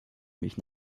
mich